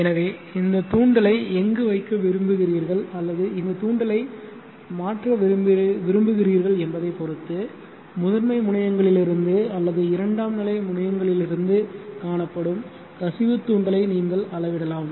எனவே இந்த தூண்டலை எங்கு வைக்க விரும்புகிறீர்கள் அல்லது இந்த தூண்டலை மாற்ற விரும்புகிறீர்கள் என்பதைப் பொறுத்து முதன்மை முனையங்களிலிருந்து அல்லது இரண்டாம் நிலை முனையங்களிலிருந்து காணப்படும் கசிவு தூண்டலை நீங்கள் அளவிடலாம்